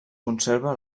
conserva